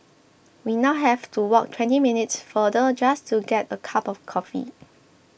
we now have to walk twenty minutes farther just to get a cup of coffee